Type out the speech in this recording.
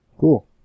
cool